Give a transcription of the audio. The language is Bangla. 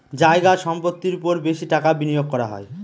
জায়গা সম্পত্তির ওপর বেশি টাকা বিনিয়োগ করা হয়